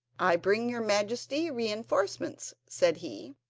i bring your majesty reinforcements said he.